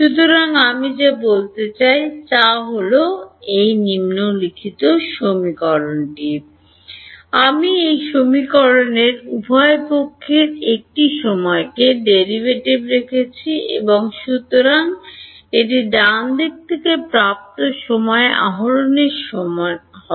সুতরাং আমি যা চাই তা হল আমি এই সমীকরণের উভয় পক্ষের একটি সময়কে ডেরাইভেটিভ রেখেছি এবং সুতরাং এটি ডান থেকে প্রাপ্ত সময় আহরণের সমান হবে